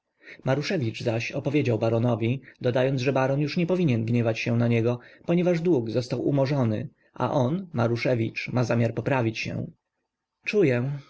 zaś opowiedział baronowi dodając że baron już nie powinien gniewać się na niego ponieważ dług został umorzony a on maruszewicz ma zamiar poprawić się czuję